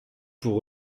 pour